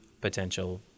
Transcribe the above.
potential